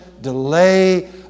delay